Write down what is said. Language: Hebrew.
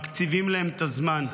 מקציבים להן את הזמן.